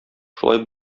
шулай